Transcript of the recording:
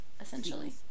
essentially